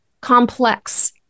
complex